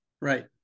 Right